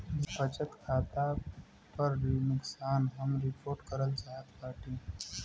बचत खाता पर नुकसान हम रिपोर्ट करल चाहत बाटी